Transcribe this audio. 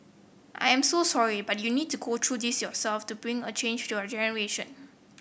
I am so sorry but you need to go through this yourself to bring a change to your generation